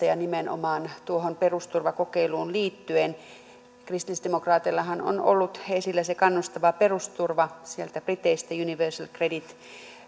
ja nimenomaan tuohon perusturvakokeiluun liittyen kristillisdemokraateillahan on ollut esillä se kannustava perusturva sieltä briteistä universal credit